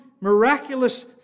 miraculous